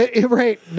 Right